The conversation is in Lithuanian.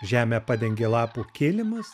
žemę padengė lapų kilimas